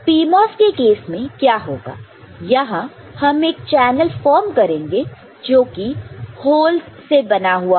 PMOS के case में क्या होगा यहां हम एक चैनल फॉर्म करेंगे जो कि होलस से बना हुआ है